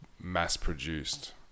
mass-produced